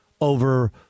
over